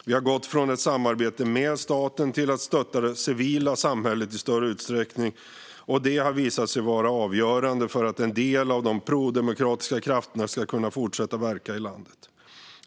Vi har gått från ett samarbete med staten till att stötta det civila samhället i större utsträckning, vilket har visat sig vara avgörande för att en del av de prodemokratiska krafterna ska kunna fortsätta verka i landet.